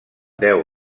deu